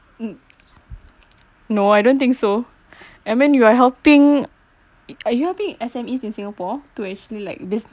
mm no I don't think so and then you are helping are you helping S_M_Es in singapore to actually like this